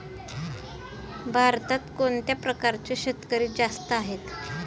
भारतात कोणत्या प्रकारचे शेतकरी जास्त आहेत?